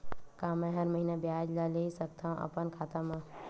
का मैं हर महीना ब्याज ला ले सकथव अपन खाता मा?